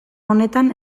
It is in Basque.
honetan